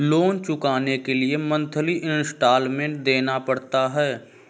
loan चुकाने के लिए मंथली इन्सटॉलमेंट देना पड़ता है